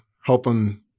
helping